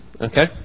Okay